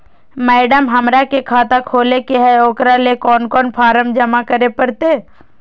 Madam, हमरा के खाता खोले के है उकरा ले कौन कौन फारम जमा करे परते?